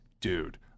dude